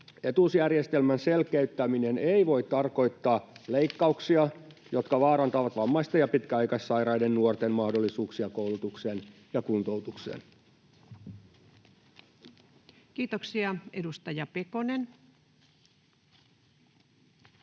Etuusjärjestelmän selkeyttäminen ei voi tarkoittaa leikkauksia, jotka vaarantavat vammaisten ja pitkäaikaissairaiden nuorten mahdollisuuksia koulutukseen ja kuntoutukseen. Kiitoksia. — Edustaja Pekonen.